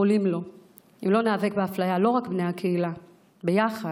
אם לא ניאבק באפליה, לא רק בני הקהילה, ביחד,